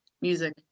Music